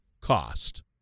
cost